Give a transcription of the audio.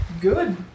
good